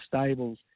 Stables